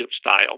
style